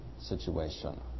situation